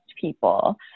people